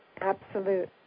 absolute